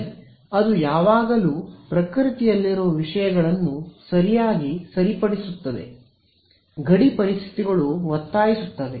ಸರಿ ಅದು ಯಾವಾಗಲೂ ಪ್ರಕೃತಿಯಲ್ಲಿರುವ ವಿಷಯಗಳನ್ನು ಸರಿಯಾಗಿ ಸರಿಪಡಿಸುತ್ತದೆ ಗಡಿ ಪರಿಸ್ಥಿತಿಗಳು ಒತ್ತಾಯಿಸುತ್ತವೆ